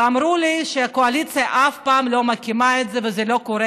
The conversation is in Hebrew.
אמרו לי שהקואליציה אף פעם לא מקימה את זה וזה לא קורה,